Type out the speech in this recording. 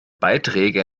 beiträge